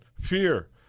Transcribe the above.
fear